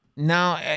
Now